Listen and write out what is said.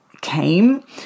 came